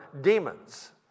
demons